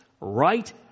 right